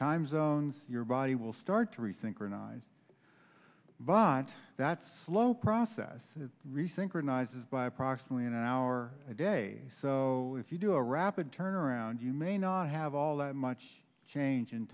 time zones your body will start to resynchronize but that slow process resynchronize is by approximately an hour a day so if you do a rapid turnaround you may not have all that much change in